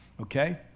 okay